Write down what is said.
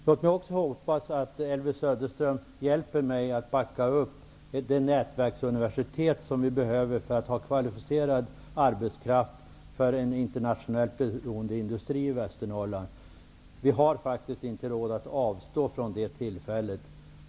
Låt mig också få hoppas att Elvy Söderström hjälper mig att backa upp det nätverk av universitet som vi behöver för att kunna ha kvalificerad arbetskraft till en internationellt beroende industri i Västernorrland. Vi har faktiskt inte råd att avstå från detta tillfälle.